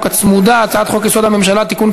הצמודה: הצעת חוק-יסוד: הממשלה (תיקון,